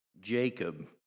Jacob